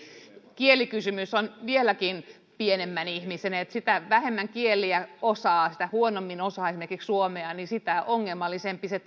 kielikysymys on vieläkin pienemmän ihmisen mitä vähemmän kieliä osaa mitä huonommin osaa esimerkiksi suomea niin sitä ongelmallisempi se